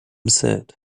sad